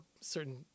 certain